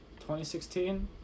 2016